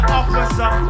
officer